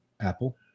Apple